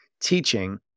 teaching